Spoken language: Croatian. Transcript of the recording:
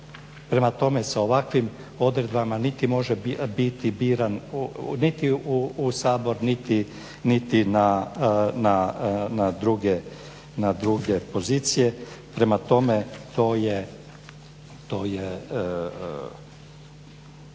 Prema tome, sa ovakvim odredbama niti može biti biran niti u Sabor niti na druge pozicije. Prema tome, to je